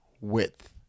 width